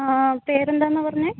പേര് എന്താണെന്നാണ് പറഞ്ഞത്